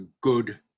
good